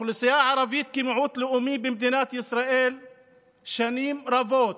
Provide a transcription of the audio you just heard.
האוכלוסייה הערבית כמיעוט לאומי במדינת ישראל שנים רבות,